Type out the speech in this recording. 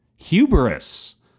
hubris